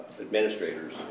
administrators